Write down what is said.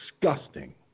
disgusting